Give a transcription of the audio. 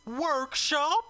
workshop